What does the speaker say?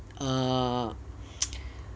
err